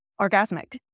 orgasmic